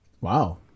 Wow